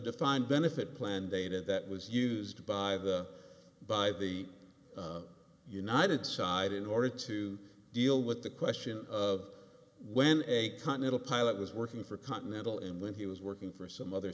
defined benefit plan data that was used by either by the united side in order to deal with the question of when a continental pilot was working for continental in when he was working for some other